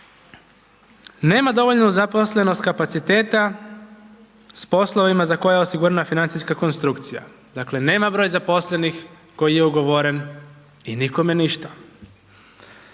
nema dovoljno zaposlenost kapaciteta s poslovima za koje je osigurana financijska konstrukcija, dakle, nema broj zaposlenih koji je ugovoren i nikome ništa,